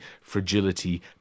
fragility